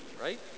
right